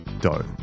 dough